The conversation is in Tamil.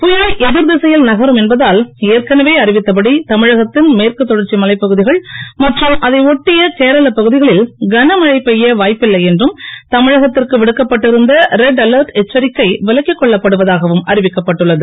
புயல் எதிர்திசையில் நகரும் என்பதால் ஏற்கனவே அறிவித்தபடி தமிழகத்தின் மேற்கு தொடர்ச்சி மலைப்பகுதிகள் மற்றும் அதை ஒட்டிய கேரளப் பகுதிகளில் கனமழை பெய்ய வாய்ப்பில்லை என்றும் தமிழகத்திற்கு விடுக்கப்பட்டு இருந்த ரெட் அலர்ட் எச்சரிக்கை விலக்கிக் கொள்ளப் படுவதாகவும் அறிவிக்கப்பட்டு உள்ளது